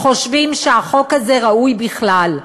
חושבים שהחוק הזה ראוי בכלל,